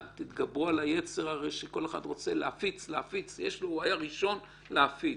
תתגברו על היצר להפיץ, להיות הראשון.